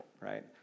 right